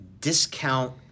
discount